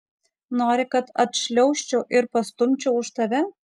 nori kad atšliaužčiau ir pastumčiau už tave